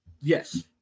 Yes